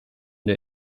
der